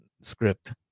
script